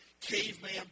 caveman